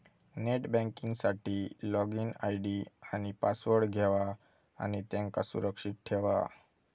net banking साठी login ID आणि password घेवा आणि त्यांका सुरक्षित ठेवा